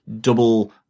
double